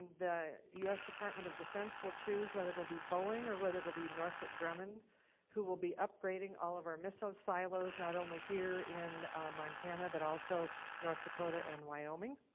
the us department of defense will choose whether it'll be boeing or whether it'll be northrop grumman who will be upgrading all of our missile silos, not only here in montana, but also north dakota and wyoming,